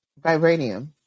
Vibranium